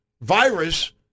virus